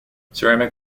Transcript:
ceramic